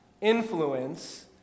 influence